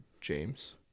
James